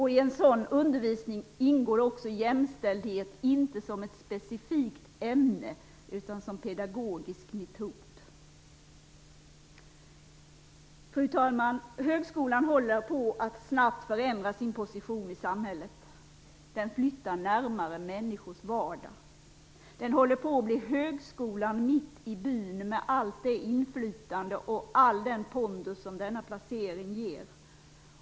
I en sådan undervisning ingår också jämställdhet, inte som ett specifikt ämne utan som pedagogisk metod. Fru talman! Högskolan håller på att snabbt förändra sin position i samhället. Den flyttar närmare människors vardag. Den håller på att bli högskolan mitt i byn, med allt det inflytande och all den pondus som denna placering ger.